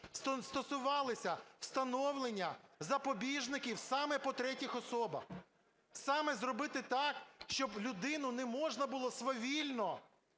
стосувалися встановлення запобіжників саме по третіх особах. Саме зробити так, щоб людину не можна було свавільно